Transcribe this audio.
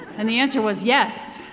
and the answer was yes.